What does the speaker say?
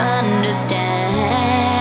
understand